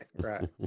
right